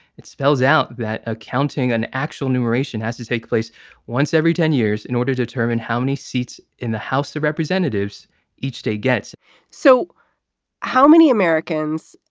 it spells out that accounting, an actual enumeration, has to take place once every ten years in order to determine how many seats in the house of representatives each state gets so how many americans,